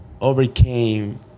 overcame